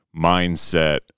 mindset